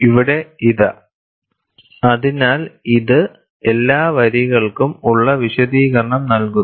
ഇവിടെ ഇതാ അതിനാൽ ഇത് എല്ലാ വരികൾക്കും ഉള്ള വിശദീകരണം നൽകുന്നു